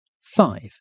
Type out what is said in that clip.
Five